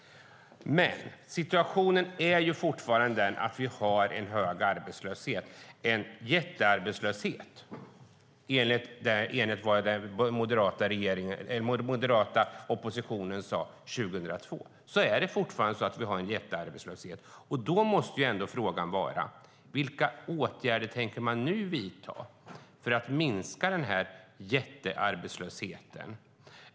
Men situationen är fortfarande den att vi har en hög arbetslöshet, en jättearbetslöshet. Till skillnad mot vad den moderata oppositionen sade 2002 är det så att vi fortfarande har en jättearbetslöshet. Då måste frågan vara: Vilka åtgärder tänker man nu vidta för att minska jättearbetslösheten?